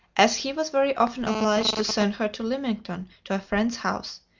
as he was very often obliged to send her to lymington to a friend's house,